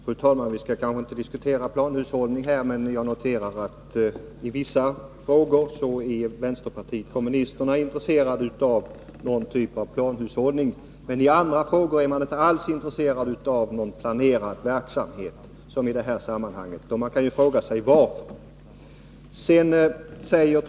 Fru talman! Vi skall kanske inte diskutera planhushållning nu. Jag noterar dock att vänsterpartiet kommunisterna i vissa frågor är för någon typ av planhushållning men i andra frågor, som i detta sammanhang, inte alls är intresserat av någon planerad verksamhet. Man kan alltså fråga sig vilket som gäller.